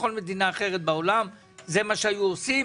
בכל מדינה אחרת בעולם זה מה שהיו עושים